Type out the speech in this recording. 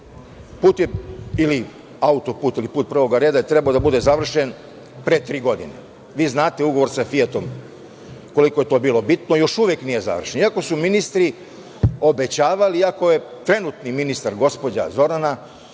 Put ili autoput ili put prvog reda, trebao je da bude završen pre tri godine. Znate ugovor sa „Fijatom“ koliko je to bilo bitno, još uvek nije završen. Iako su ministri obećavali, iako je trenutni ministar, gospođa Zorana